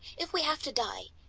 if we have to die,